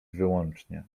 wyłącznie